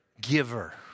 giver